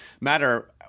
matter –